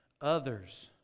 others